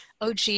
OG